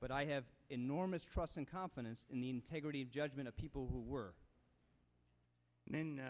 but i have enormous trust and confidence in the integrity judgment of people who were on